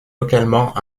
localement